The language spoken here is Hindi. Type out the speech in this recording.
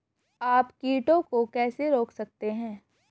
आप कीटों को कैसे रोक सकते हैं?